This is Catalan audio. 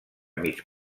mig